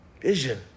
Vision